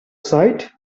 sight